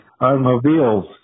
automobiles